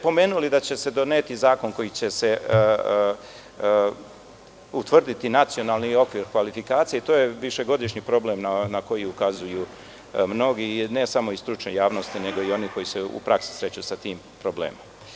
Pomenuli ste da će se doneti zakon kojim će se utvrditi nacionalni okvir kvalifikacije i to je višegodišnji problem na koji ukazuju mnogi, ne samo iz stručne javnosti, nego i oni koji se u praksi sreću sa tim problemom.